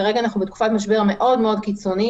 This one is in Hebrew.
כרגע אנחנו בתקופת משבר מאוד מאוד קיצונית